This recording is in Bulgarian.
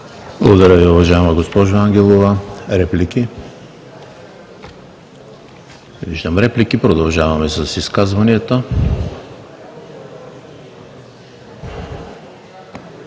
Благодаря Ви, уважаема госпожо Ангелова. Реплики? Не виждам реплики. Продължаваме с изказванията.